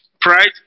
Pride